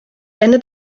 ende